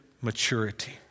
maturity